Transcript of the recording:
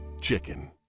chicken